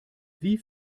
wie